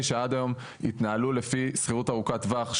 שעד היום התנהלו לפי שכירות ארוכת טווח,